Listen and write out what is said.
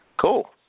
Cool